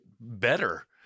better